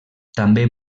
també